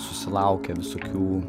susilaukia visokių